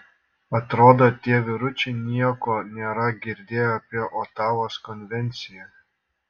atrodo tie vyručiai nieko nėra girdėję apie otavos konvenciją